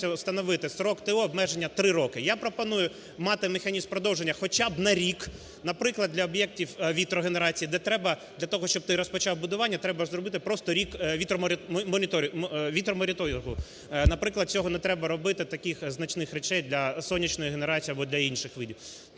встановити строк ТО, обмеження 3 роки. Я пропоную мати механізм продовження хоча б на рік, наприклад, для об'єктіввітрогенерації, де треба для того, щоб ти розпочав будування, треба зробити просто рік вітромоніторингу. Наприклад, цього не треба робити, таких значних речей, для сонячної генерації або для інших видів.